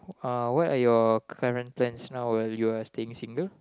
uh what are your current plans now you are staying single